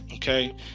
Okay